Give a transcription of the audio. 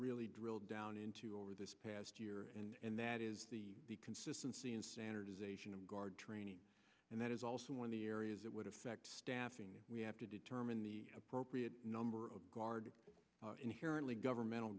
really drilled down into over this past year and that is the consistency in standardization of guard training and that is also one of the areas that would affect staffing we have to determine the appropriate number of guard inherently governmental